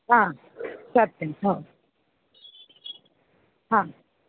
ह सत्यं ह ह